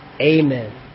Amen